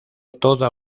toda